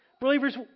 Believers